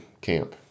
camp